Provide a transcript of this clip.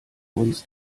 uns